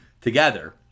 together